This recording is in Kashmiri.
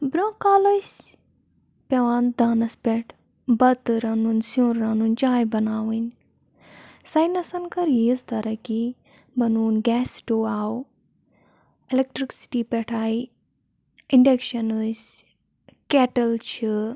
برونٛہہ کال ٲسۍ پٮ۪وان دانَس پٮ۪ٹھ بَتہٕ رَنُن سیُن رَنُن چاے بَناوٕنۍ ساینَسَن کٔر یِیۭژ ترقی بَنون گیس سِٹو آو الیکٹِرکسٹی پٮ۪ٹھ آیہِ اِنڈَکشَن ٲسۍ کی۪ٹٕلۍ چھِ